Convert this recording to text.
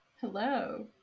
Hello